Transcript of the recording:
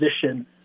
position